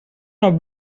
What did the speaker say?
نوع